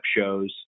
shows